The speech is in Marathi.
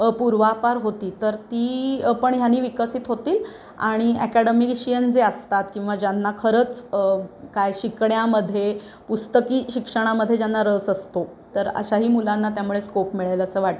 पूर्वापार होती तर ती पण ह्याने विकसित होतील आणि ॲकॅडमिकशियन जे असतात किंवा ज्यांना खरंच काय शिकण्यामध्ये पुस्तकी शिक्षणामध्ये ज्यांना रस असतो तर अशाही मुलांना त्यामुळे स्कोप मिळेल असं वाटतं